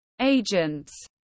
agents